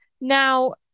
Now